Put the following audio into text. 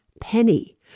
penny